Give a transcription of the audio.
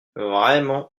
vraiment